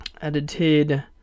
edited